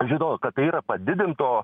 žino kad tai yra padidinto